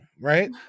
right